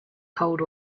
cold